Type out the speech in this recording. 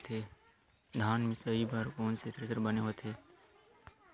धान मिंजई बर कोन से थ्रेसर बने होथे?